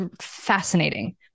fascinating